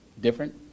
different